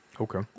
Okay